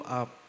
up